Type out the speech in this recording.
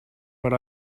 but